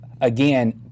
again